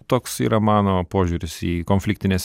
toks yra mano požiūris į konfliktines